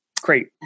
Great